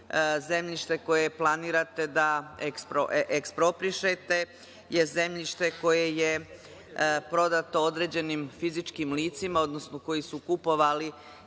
zemljište koje planirate da eksproprišete je zemljište koje je prodato određenim fizičkim licima, odnosno koji su kupovali